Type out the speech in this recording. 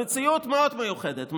במציאות מאוד מיוחדת,